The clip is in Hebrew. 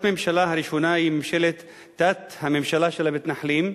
התת-ממשלה הראשונה היא התת-ממשלה של המתנחלים,